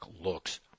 looks